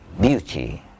beauty